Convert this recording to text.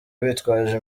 bitwaje